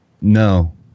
No